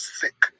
sick